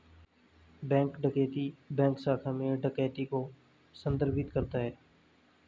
bank डकैती bank शाखा में डकैती को संदर्भित करता है